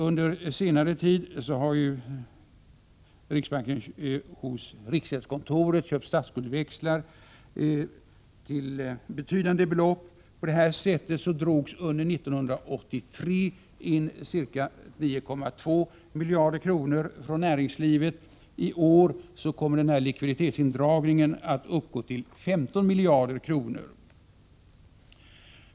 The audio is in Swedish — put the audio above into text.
Under senare tid har riksbanken hos riksgäldskontoret köpt statsskuldsväxlar till betydande belopp. På det här sättet drogs under 1983 in ca 9,2 miljarder kronor från näringslivet. I år kommer likviditetsindragningen att uppgå till 15 miljarder kronor.